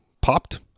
popped